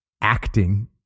acting